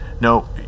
No